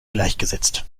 gleichgesetzt